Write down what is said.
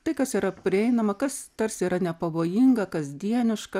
tai kas yra prieinama kas tarsi yra nepavojinga kasdieniška